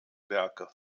werke